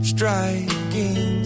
Striking